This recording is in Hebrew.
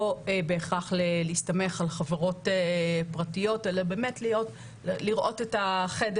בהכרח להסתמך על חברות פרטיות אלא באמת לראות את החדר